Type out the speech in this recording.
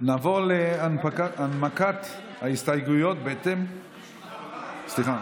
נעבור להנמקת ההסתייגויות בהתאם, סליחה,